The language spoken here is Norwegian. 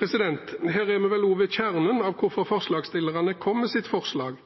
Her er vi vel også ved kjernen av hvorfor forslagsstillerne kom med sitt forslag: